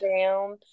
down